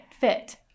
fit